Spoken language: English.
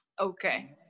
Okay